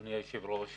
אדוני היושב-ראש,